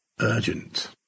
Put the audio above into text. urgent